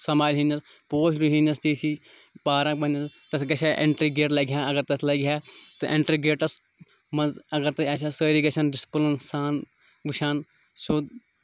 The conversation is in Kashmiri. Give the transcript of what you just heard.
سَنٛمبھال ہنَس پوش رُوہنَس تِتھ تِتھ پارک بَنہِ ہا تَتھ گژھِ ہا اٮ۪نٹرٛی گیٹ لَگہِ ہا اگر تَتھ لَگہِ ہا تہٕ اٮ۪نٹرٛی گیٹَس منٛز اگر تہٕ آسہِ ہا سٲری گَژھٕ ہَن ڈِسپٕلِن سان وٕچھ ہَن سیوٚد